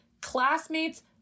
classmates